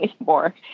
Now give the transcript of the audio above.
anymore